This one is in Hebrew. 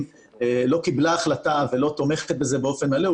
לא קיבלה החלטה ולא תומכת בזה באופן מלא,